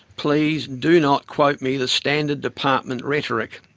please do not quote me the standard department rhetoric.